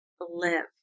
live